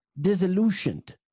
disillusioned